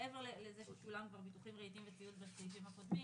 מעבר לזה ששולם כבר מחיר רהיטים וציוד בסעיפים הקודמים,